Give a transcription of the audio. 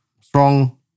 strong